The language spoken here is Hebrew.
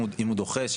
אם הוא דוחה,